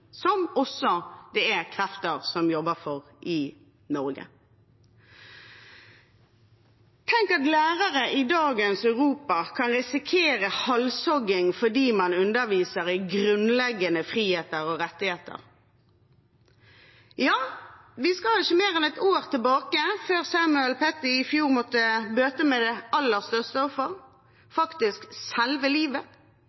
som det også er krefter som jobber for i Norge. Tenk at lærere i dagens Europa kan risikere halshogging fordi man underviser i grunnleggende friheter og rettigheter! Vi skal ikke mer enn et år tilbake før Samuel Paty i fjor måtte bøte med det absolutt største